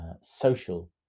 social